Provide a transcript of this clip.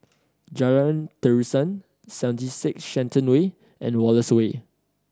Jalan Terusan Seventy Six Shenton Way and Wallace Way